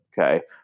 okay